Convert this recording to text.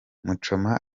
muchoma